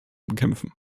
bekämpfen